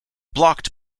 blocked